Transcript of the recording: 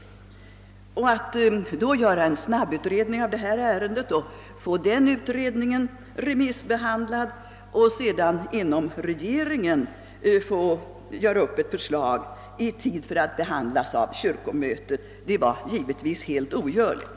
Att då göra en snabbutredning av ärendet, remissbehandla denna och sedan inom regeringen utarbeta ett förslag i tid för att kunna behandlas av kyrkomötet var givetvis helt ogörligt.